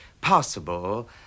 possible